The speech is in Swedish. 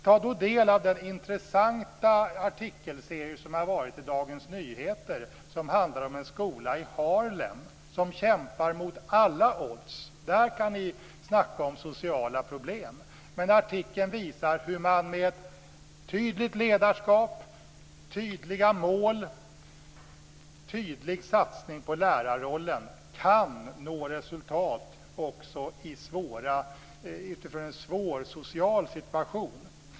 Ta del av den intressanta artikelserie som varit i Dagens Nyheter och som handlar om en skola i Harlem som kämpar mot alla odds. Där kan ni snacka om sociala problem! Artikeln visar hur man med ett tydligt ledarskap, med tydliga mål och med en tydlig satsning på lärarrollen kan nå resultat också utifrån en svår social situation.